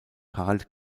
harald